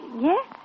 yes